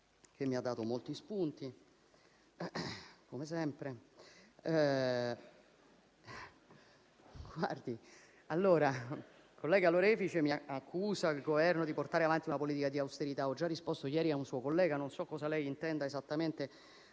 che mi ha fornito molti spunti, come sempre. Il collega Lorefice accusa il Governo di portare avanti una politica di austerità. Ho già risposto ieri a un suo collega; non so cosa lei intenda esattamente